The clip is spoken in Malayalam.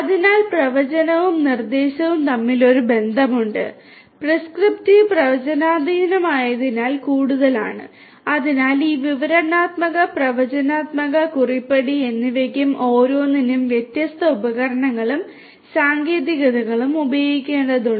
അതിനാൽ പ്രവചനവും നിർദ്ദേശവും തമ്മിൽ ഒരു ബന്ധമുണ്ട് പ്രസ്ക്രിപ്റ്റീവ് പ്രവചനാതീതമായതിനേക്കാൾ കൂടുതലാണ് അതിനാൽ ഈ വിവരണാത്മക പ്രവചനാത്മക കുറിപ്പടി എന്നിവയ്ക്കും ഓരോന്നിനും വ്യത്യസ്ത ഉപകരണങ്ങളും സാങ്കേതികതകളും ഉപയോഗിക്കേണ്ടതുണ്ട്